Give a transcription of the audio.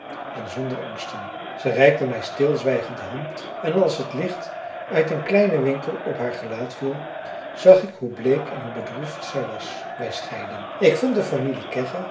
en zonder angsten zij reikte mij stilzwijgend de hand en als het licht uit den kleinen winkel op haar gelaat viel zag ik hoe bleek en hoe bedroefd zij was wij scheidden ik vond de